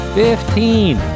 fifteen